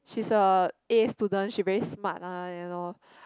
she's a A student she very smart ah and all